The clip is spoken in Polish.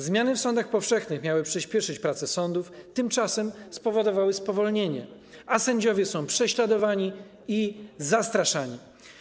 Zmiany w sądach powszechnych miały przyspieszyć pracę sądów, tymczasem spowodowały spowolnienie, a sędziowie są prześladowani i zastraszani.